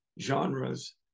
genres